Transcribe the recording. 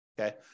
Okay